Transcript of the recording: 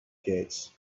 gates